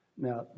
Now